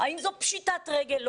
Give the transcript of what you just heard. האם זו פשיטת רגל.